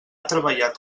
treballat